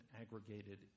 aggregated